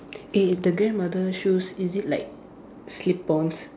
eh the grandmother shoes is it like slip-ons